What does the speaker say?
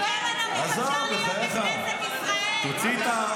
--- איך אפשר להיות בכנסת ישראל --- חכה,